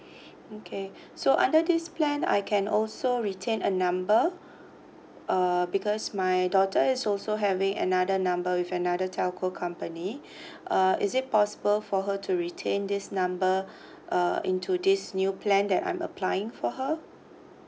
okay so under this plan I can also retain a number uh because my daughter is also having another number with another telco company uh is it possible for her to retain this number uh into this new plan that I'm applying for her